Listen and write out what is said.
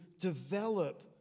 develop